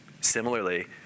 Similarly